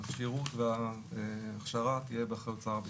שהכשירות וההכשרה תהיה באחריות שר הביטחון.